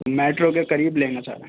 metro کے قریب لینا چاہ رہے ہیں